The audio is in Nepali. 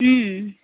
उम्